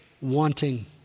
wanting